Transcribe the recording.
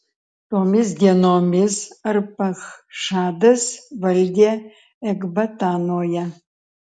tomis dienomis arpachšadas valdė ekbatanoje